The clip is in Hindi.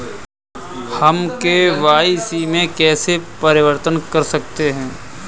हम के.वाई.सी में कैसे परिवर्तन कर सकते हैं?